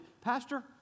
pastor